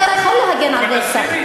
אתה יכול להגן על רצח,